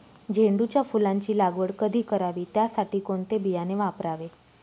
झेंडूच्या फुलांची लागवड कधी करावी? त्यासाठी कोणते बियाणे वापरावे?